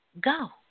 go